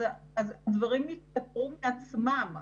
אז הדברים ייפתרו מעצמם.